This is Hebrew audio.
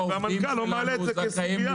והמנכ"ל לא מעלה את זה כסוגיה.